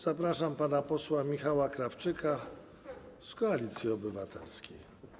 Zapraszam pana posła Michała Krawczyka z Koalicji Obywatelskiej.